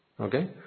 Okay